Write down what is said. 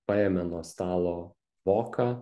paėmė nuo stalo voką